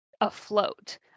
afloat